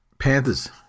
Panthers